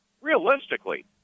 realistically